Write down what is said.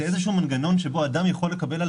אני רק רוצה להעיר גם ב-ע'